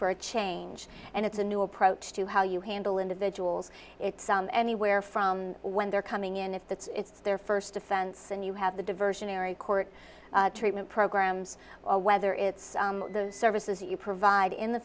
for a change and it's a new approach to how you handle individuals it's anywhere from when they're coming in if that's it's their first offense and you have the diversionary court treatment programs or whether it's the services you provide in the